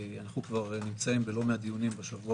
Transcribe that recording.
אנחנו נמצאים בלא מעט דיונים בשבוע